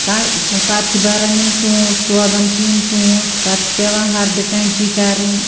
پَتہٕ چھِ بھران یِم ژوٗنٛٹھۍ سوزان چھِ یِم ژوٗنٛٹھۍ پَتہٕ چھِ پیٚوان ہردٕ کینٛچی کَرٕنۍ